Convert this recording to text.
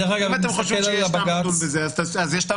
אם אתם חושבים שיש טעם לדון בזה אז יש טעם